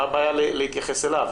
מה הבעיה להתייחס אליו?